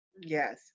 Yes